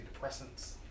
antidepressants